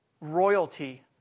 royalty